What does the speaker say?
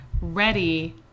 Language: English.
ready